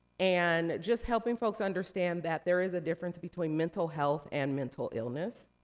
and just helping folks understand that there is a difference between mental health and mental illness.